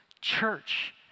church